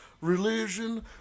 religion